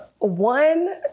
one